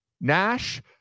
Nash